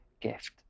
gift